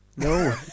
No